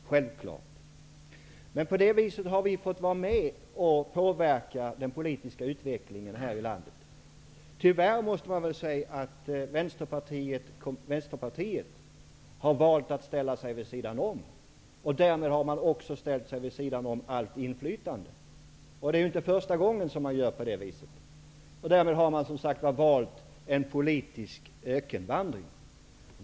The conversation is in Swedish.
På det här viset har vi fått vara med och påverka den politiska utvecklingen i landet. Tyvärr måste man säga att Vänsterpartiet har valt att ställa sig vid sidan om. Därmed har man också ställt sig vid sidan om allt inflytande. Det är inte första gången man gör på det viset. Därmed har man som sagt valt en politisk ökenvandring.